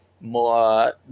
more